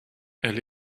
elle